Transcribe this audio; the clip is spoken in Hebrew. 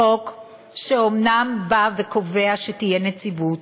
חוק שאומנם קובע שתהיה נציבות,